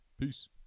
Peace